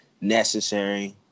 necessary